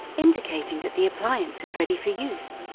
indicating that the appliance is ready for use.